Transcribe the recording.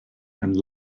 and